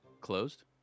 Closed